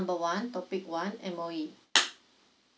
number one topic one M_O_E